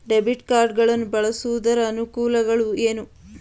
Debit card ಗಳನ್ನು ಬಳಸುವುದರ ಅನಾನುಕೂಲಗಳು ಏನು?